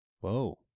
Whoa